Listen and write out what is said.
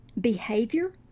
behavior